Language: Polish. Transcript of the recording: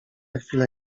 chwilę